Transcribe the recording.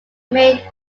made